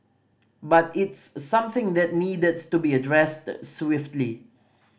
but it's something that needed to be addressed swiftly